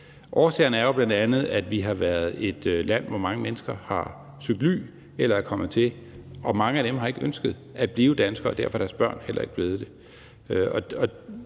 Årsagerne er jo bl.a., at vi har været et land, hvor mange mennesker har søgt ly eller er kommet til, og mange af dem har ikke ønsket at blive danskere, og derfor er deres børn heller ikke blevet det.